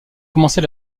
commencer